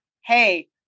hey